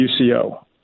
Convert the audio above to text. UCO